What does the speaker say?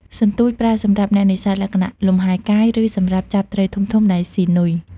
សន្ទួច ប្រើសម្រាប់អ្នកនេសាទលក្ខណៈលំហែកាយ ឬសម្រាប់ចាប់ត្រីធំៗដែលស៊ីនុយ។